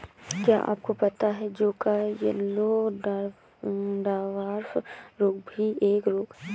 क्या आपको पता है जौ का येल्लो डवार्फ रोग भी एक रोग है?